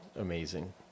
amazing